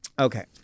Okay